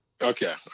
Okay